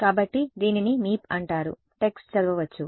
కాబట్టి దీనిని మీప్ అంటారు టెక్స్ట్ చదవవచ్చు